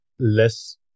less